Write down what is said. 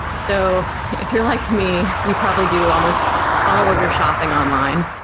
so if you're like me, you probably do almost all of your shopping online,